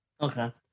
Okay